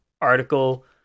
article